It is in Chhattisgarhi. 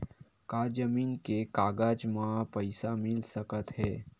का जमीन के कागज म पईसा मिल सकत हे?